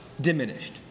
diminished